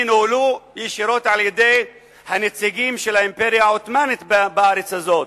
נוהלו ישירות על-ידי הנציגים של האימפריה העות'מאנית בארץ הזאת.